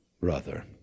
brother